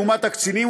לעומת הקצינים,